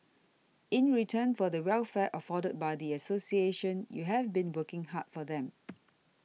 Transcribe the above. in return for the welfare afforded by the association you have been working hard for them